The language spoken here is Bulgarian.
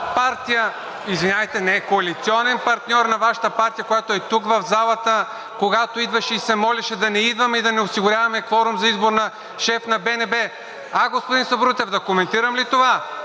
и реплики), коалиционен партньор на Вашата партия, която е тук в залата, когато идваше и се молеше да не идваме и да не осигуряваме кворум за избор на шеф на БНБ?! А, господин Сабрутев, да коментирам ли това?